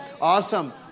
Awesome